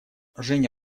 женя